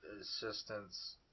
assistance